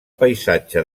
paisatge